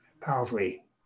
powerfully